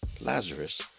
Lazarus